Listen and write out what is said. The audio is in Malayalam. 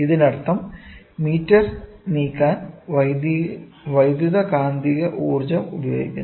ഇതിനർത്ഥം മീറ്റർ നീക്കാൻ വൈദ്യുതകാന്തിക ഊർജ്ജം ഉപയോഗിക്കുന്നു